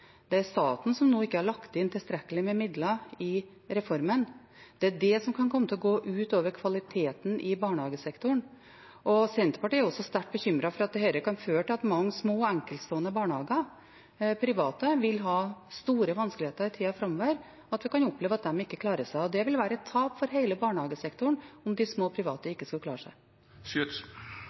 Det er staten som nå ikke har lagt inn tilstrekkelig med midler i reformen. Det er det som kan komme til å gå ut over kvaliteten i barnehagesektoren. Senterpartiet er også sterkt bekymret for at dette kan føre til at mange små og enkeltstående private barnehager vil ha store vanskeligheter i tida framover, og at vi kan oppleve at de ikke klarer seg. Det vil være et tap for hele barnehagesektoren om de små private ikke skulle klare seg.